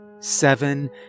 Seven